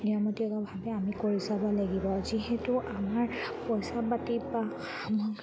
নিয়মমতিয়াভাৱে আমি কৰি যাব লাগিব যিহেতু আমাৰ পইচা পাতি বা সামগ্ৰী